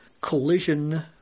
collision